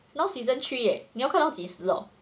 now season three eh 你要看到几时 orh